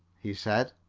he said.